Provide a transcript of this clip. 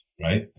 right